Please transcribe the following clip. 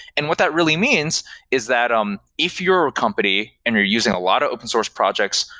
and what that really means is that um if you're a company and are using a lot of open source projects,